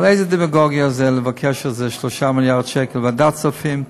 אבל איזו דמגוגיה זה לבקש 3 מיליארד שקל בוועדת כספים.